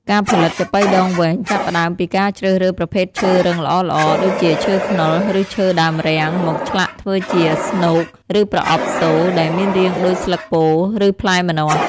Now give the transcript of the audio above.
ការផលិត ចាប៉ីដងវែង ចាប់ផ្ដើមពីការជ្រើសរើសប្រភេទឈើរឹងល្អៗ ដូចជាឈើខ្នុរ ឬឈើដើមរាំង មកឆ្លាក់ធ្វើជា ស្នូក ឬប្រអប់សូរ ដែលមានរាងដូចស្លឹកពោធិ ឬផ្លែម្នាស់។